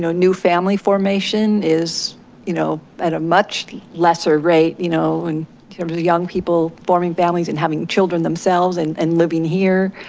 new family formation is you know at a much lesser rate, you know in terms of young people forming families and having children themselves and and living here.